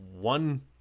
one